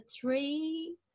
three